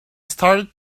started